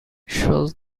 shows